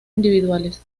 individuales